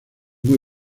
muy